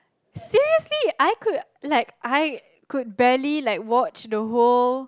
seriously I could like I could barely like watch the whole